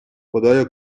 خدایا